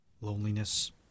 loneliness